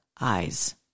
eyes